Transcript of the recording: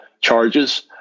charges